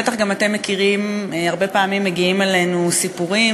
בטח גם אתם מכירים: הרבה פעמים מגיעים אלינו סיפורים